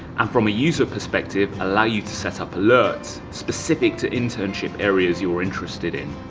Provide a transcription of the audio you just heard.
and from a user perspective, allow you to set up alerts specific to internship areas you are interested in.